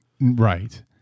Right